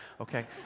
Okay